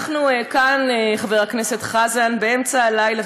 אנחנו כאן, חבר הכנסת חזן, באמצע הלילה.